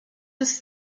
his